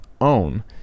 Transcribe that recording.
own